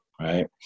right